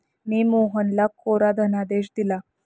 मी मोहनला कोरा धनादेश दिला